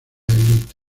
elite